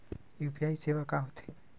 UPI सेवा का होथे?